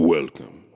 Welcome